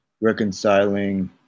reconciling